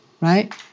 right